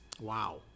Wow